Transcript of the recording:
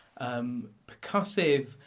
percussive